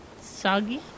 soggy